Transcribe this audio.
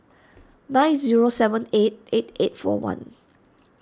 nine zero seven eight eight eight four one